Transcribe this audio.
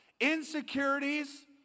Insecurities